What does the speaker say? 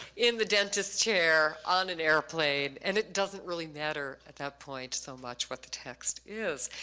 in the dentist chair, on an airplane, and it doesn't really matter at that point so much what the text is.